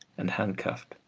and handcuffed,